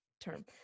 term